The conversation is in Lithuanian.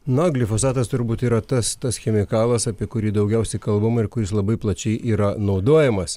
na glifosatas turbūt yra tas tas chemikalas apie kurį daugiausiai kalbama ir kuris labai plačiai yra naudojamas